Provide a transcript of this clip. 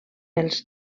els